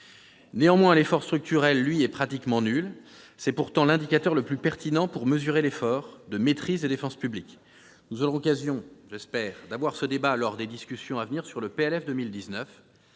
Néanmoins, l'effort structurel, lui, est pratiquement nul. C'est pourtant l'indicateur le plus pertinent pour mesurer l'effort de maîtrise des finances publiques. Nous aurons l'occasion d'avoir ce débat lors de l'examen du projet de loi de